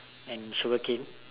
and Sugar cane